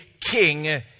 king